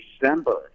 December